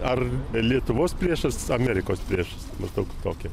ar lietuvos priešas amerikos priešas nu toks tokį